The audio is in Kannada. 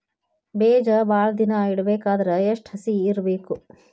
ಬೇಜ ಭಾಳ ದಿನ ಇಡಬೇಕಾದರ ಎಷ್ಟು ಹಸಿ ಇರಬೇಕು?